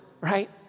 right